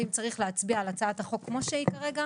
ואם צריך להצביע על הצעת החוק כמו שהיא כרגע